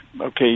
Okay